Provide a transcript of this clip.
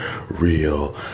real